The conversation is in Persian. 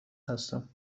هستم